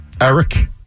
Eric